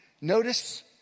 Notice